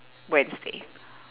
wednesday